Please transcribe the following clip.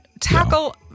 tackle